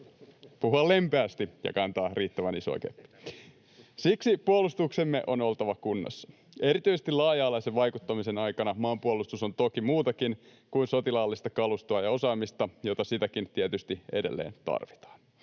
puhua lempeästi ja kantaa riittävän isoa keppiä. [Mika Kari: Sitäkin!] Siksi puolustuksemme on oltava kunnossa. Erityisesti laaja-alaisen vaikuttamisen aikana maanpuolustus on toki muutakin kuin sotilaallista kalustoa ja osaamista, jota sitäkin tietysti edelleen tarvitaan.